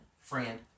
friend